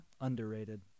underrated